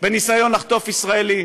בניסיון לחטוף ישראלים.